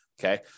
okay